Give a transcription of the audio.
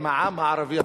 עם העם הערבי-הפלסטיני.